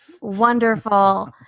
wonderful